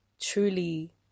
truly